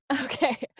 okay